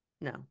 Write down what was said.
no